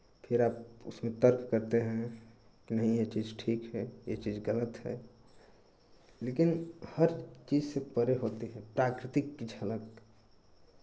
थोड़ा उसमें तर्क करते हैं कि नहीं ये चीज़ ठीक है ये चीज़ गलत है लेकिन हर चीज़ से पड़े होते हैं प्राकृतिक की झलक